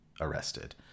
arrested